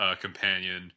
companion